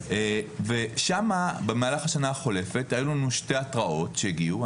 ושם במהלך השנה החולפת היו לנו שתי התראות שהגיעו.